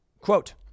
Quote